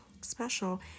special